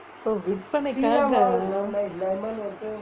இப்பே விற்பனைக்காக:ippae virpanaikaaga